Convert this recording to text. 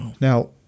Now